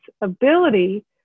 ability